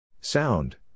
Sound